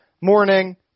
morning